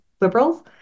liberals